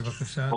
בבקשה, עידן.